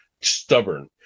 stubborn